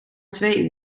twee